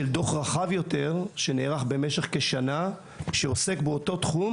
דוח רחב יותר שנערך במשך כשנה שעוסק באותו תחום,